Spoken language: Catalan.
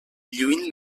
lluint